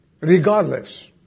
Regardless